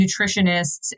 nutritionists